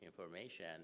information